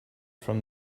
from